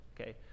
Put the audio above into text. okay